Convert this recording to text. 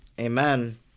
Amen